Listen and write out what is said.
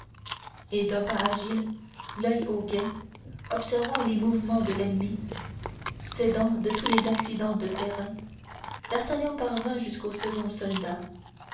et d'un pas agile l'oeil au guet observant les mouvements de l'ennemi s'aidant de tous les accidents de terrain d'artagnan parvint jusqu'au second soldat